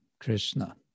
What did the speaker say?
Krishna